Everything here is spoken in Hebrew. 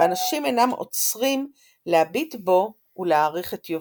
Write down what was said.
ואנשים אינם עוצרים להביט בו ולהעריך את יופיו.